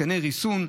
התקני ריסון,